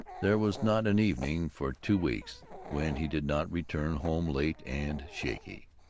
there was not an evening for two weeks when he did not return home late and shaky.